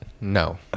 no